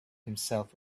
himself